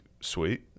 sweet